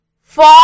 Four